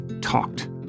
talked